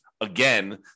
again